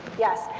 yes,